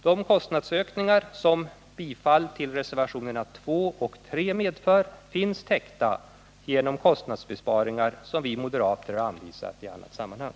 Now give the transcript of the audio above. De kostnadsökningar som bifall till reservationerna 2 och 3 medför finns täckta genom kostnadsbesparingar, som vi moderater anvisat i andra sammanhang.